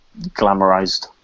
glamorized